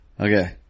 Okay